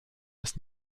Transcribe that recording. jest